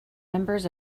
members